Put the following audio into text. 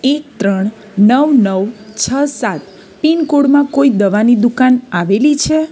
એક ત્રણ નવ નવ છ સાત પિનકોડમાં કોઈ દવાની દુકાન આવેલી છે